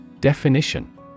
Definition